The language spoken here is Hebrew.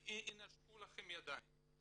הם ינשקו לכם ידיים.